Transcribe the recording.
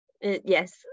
yes